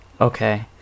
okay